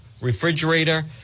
refrigerator